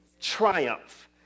Triumph